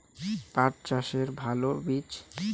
পাঠ চাষের ভালো বীজ?